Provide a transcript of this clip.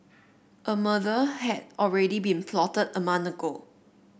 a murder had already been plotted a month ago